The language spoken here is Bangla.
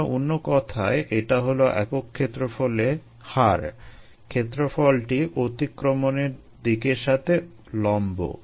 অথবা অন্য কথায় এটা হলো একক ক্ষেত্রফলে হার ক্ষেত্রফলটি অতিক্রমণের দিকের সাথে লম্ব